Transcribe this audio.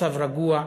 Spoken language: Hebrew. המצב רגוע,